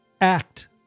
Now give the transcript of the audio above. act